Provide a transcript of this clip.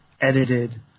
edited